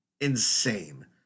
insane